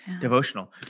devotional